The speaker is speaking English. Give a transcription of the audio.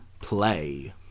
play